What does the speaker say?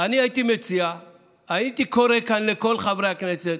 הייתי קורא כאן לכל חברי הכנסת,